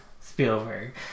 Spielberg